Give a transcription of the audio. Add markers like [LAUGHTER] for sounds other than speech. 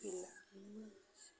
[UNINTELLIGIBLE]